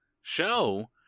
show